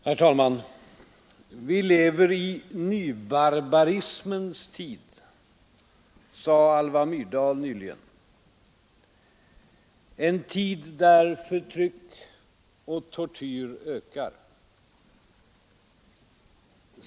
Herr talman! Vi lever i nybarbarismens tid, sade Alva Myrdal nyligen, en tid där förtryck och tortyr ökar.